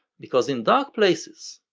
because in dark places,